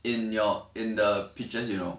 in your in the picture you know